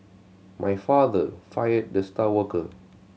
my father fired the star worker